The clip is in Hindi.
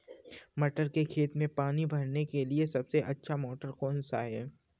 मटर के खेत में पानी भरने के लिए सबसे अच्छा मोटर कौन सा है?